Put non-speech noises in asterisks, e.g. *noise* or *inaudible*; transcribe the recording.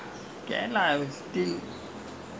just to keep the arm you know active *breath*